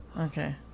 Okay